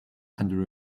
under